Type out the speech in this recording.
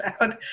out